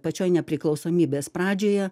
pačioj nepriklausomybės pradžioje